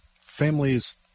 families